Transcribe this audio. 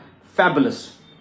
fabulous